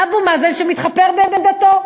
אבו מאזן שמתחפר בעמדתו.